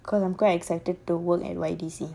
cause I'm quite excited to work at Y_D_C